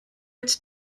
its